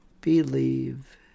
believe